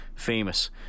famous